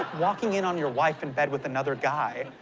walking in on your wife in bed with another guy,